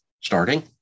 starting